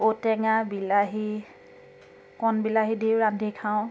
ঔটেঙা বিলাহী কণবিলাহী দিওঁ ৰান্ধি খাওঁ